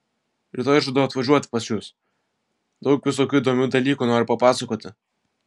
rytoj žadu atvažiuoti pas jus daug visokių įdomių dalykų noriu papasakoti